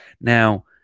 Now